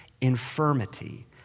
infirmity